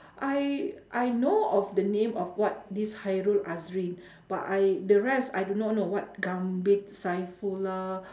I I know of the name of what this hairul-azrim but I the rest I do not know what gambit-saifullah